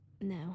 No